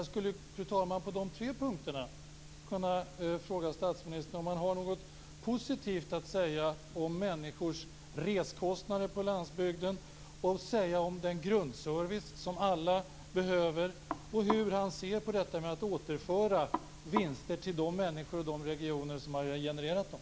Jag skulle på dessa tre punkter kunna fråga statsministern om han har något positivt att säga om människors reskostnader på landsbygden, den grundservice som alla behöver och hur han ser på detta med att återföra vinster till de människor och regioner som genererat dem.